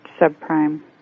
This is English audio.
subprime